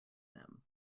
them